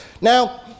Now